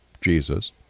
Jesus